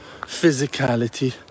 physicality